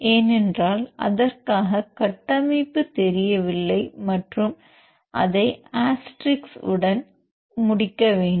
ஏனென்றால் அதற்காக கட்டமைப்பு தெரியவில்லை மற்றும் அதை அஸ்டெரிக்ஸ் உடன் முடிக்க வேண்டும்